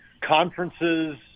conferences